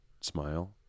Smile